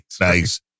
Nice